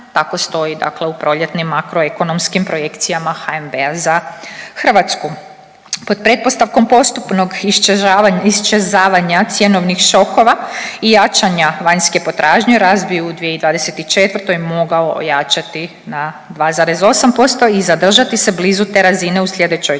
Tako stoji dakle u proljetnim makroekonomskim projekcijama HNB-a za Hrvatsku. Pod pretpostavkom postupnog iščezavanja cjenovnih šokova i jačanja vanjske potražnje razvoj u 2024. bi mogao ojačati na 2,8% i zadržati se blizu te razine u sljedećoj godini